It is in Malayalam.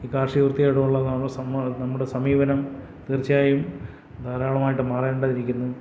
ഈ കാർഷികവൃത്തിയോടുമുള്ള നമ്മുടെ നമ്മുടെ സമീപനം തീർച്ചയായും ധാരാളമായിട്ട് മാറേണ്ടിയിരിക്കുന്നു